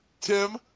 tim